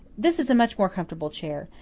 this is a much more comfortable chair.